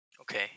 Okay